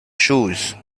chose